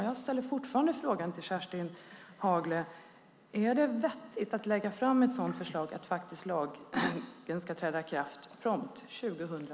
Jag ställer fortfarande frågan till Kerstin Haglö: Är det vettigt att lägga fram ett sådant förslag om att lagen prompt ska träda i kraft 2012?